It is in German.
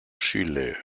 chile